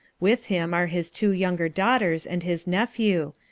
with him are his two younger daughters and his nephew,